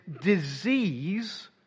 disease